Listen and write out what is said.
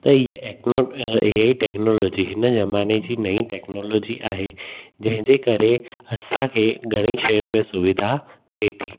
त ई एक्नो टेक्नोलॉजी हिन ज़माने जी नईं टेक्नोलॉजी आहे जंहिंजे करे असांखे घणई शयुनि में सुविधा थिए थी